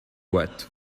wet